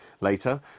Later